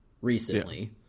recently